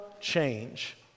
change